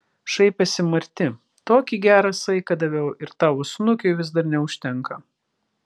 šaipėsi marti tokį gerą saiką daviau ir tavo snukiui vis dar neužtenka